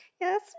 Yes